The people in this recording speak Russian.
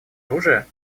оружия